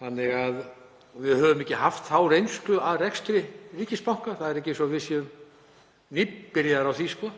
Þannig að við höfum ekki haft þá reynslu af rekstri ríkisbanka. Það er ekki eins og við séum nýbyrjaðir á því,